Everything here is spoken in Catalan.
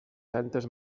tantes